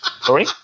sorry